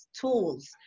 tools